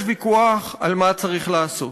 יש ויכוח על מה צריך לעשות,